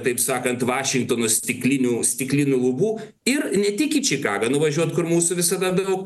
taip sakant vašingtono stiklinių stiklinių lubų ir ne tik į čikagą nuvažiuot kur mūsų visada daug